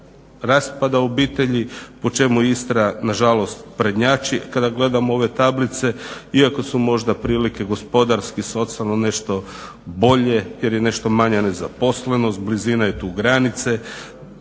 raspada u obitelji, po čemu Istra, nažalost, prednjači kada gledamo ove tablice, iako su možda prilike gospodarski socijalno nešto bolje jer je nešto manja nezaposlenost, blizina je tu granice.